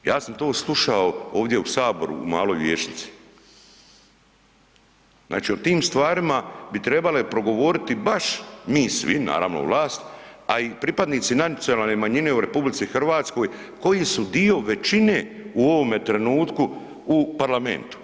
Ja sam to slušao ovdje u Saboru u Maloj vijećnici, znači o tim stvarima bi trebale progovoriti baš mi svi naravno vlast, a i pripadnici nacionalne manjine u RH koji su dio većine u ovome trenutku u Parlamentu.